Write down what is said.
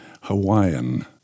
Hawaiian